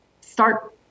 start